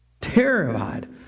terrified